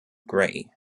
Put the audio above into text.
grey